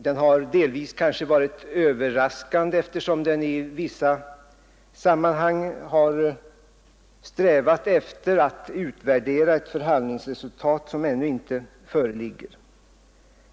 Den har delvis kanske varit överraskande, eftersom vissa debattörer strävat efter att utvärdera ett förhandlingsresultat som ännu inte föreligger.